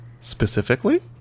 Specifically